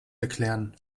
erklären